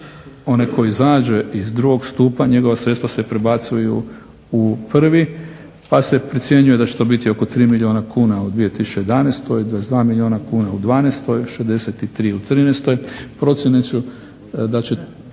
onaj koji izađe iz drugog stupa njegova sredstva se prebacuju u prvi, pa se procjenjuje da će to biti oko 3 milijuna kuna u 2011., 22 milijuna kuna u dvanaestoj, 63 u trinaestoj. Procjene su da će